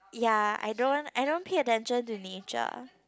ya I don't I don't pay attention to nature